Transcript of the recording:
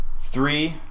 Three